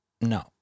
No